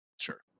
Sure